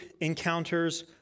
encounters